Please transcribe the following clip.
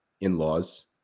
in-laws